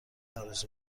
آرزو